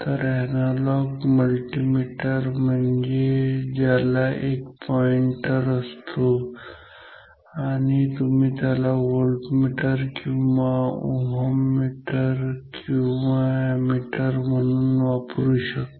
तर analog multimeter म्हणजे ज्याला एक पॉईंटर असतो आणि तुम्ही त्याला व्होल्टमीटर किंवा ओहममीटर किंवा अॅमीटर म्हणून वापरू शकता